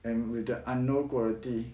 and with the unknown quality